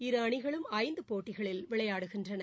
இரு அணிகளும் ஐந்து போட்டிகளில் விளையாடுகின்றன